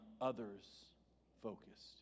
others-focused